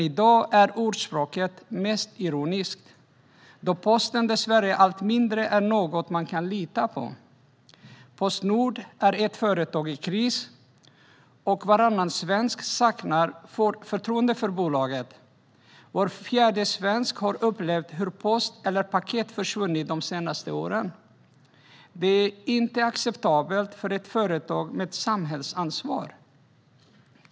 I dag är ordspråket mest ironiskt eftersom posten dessvärre allt mindre är något man kan lita på. Postnord är ett företag i kris, och varannan svensk saknar förtroende för bolaget. Var fjärde svensk har upplevt hur post eller paket försvunnit det senaste året. Det är oacceptabelt för ett företag som har ett samhällsansvar.